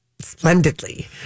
splendidly